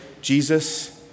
Jesus